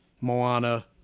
Moana